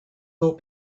will